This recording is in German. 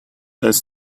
als